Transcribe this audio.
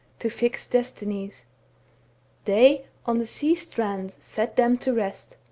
to fix destinies they on the sea-strand sat them to rest,